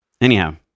anyhow